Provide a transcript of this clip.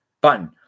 button